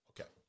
okay